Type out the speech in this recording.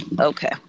Okay